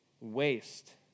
waste